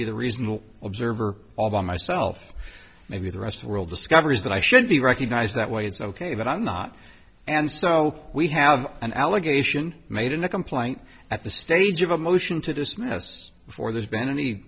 be the reasonable observer all by myself maybe the rest of world discoveries that i should be recognized that way it's ok but i'm not and so we have an allegation made in the complaint at the stage of a motion to dismiss before there's been any